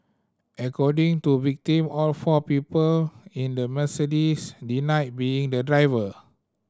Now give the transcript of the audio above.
according to victim all four people in the Mercedes denied being the driver